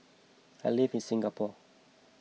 I live in Singapore